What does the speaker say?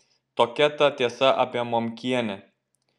tokia ta tiesa apie momkienę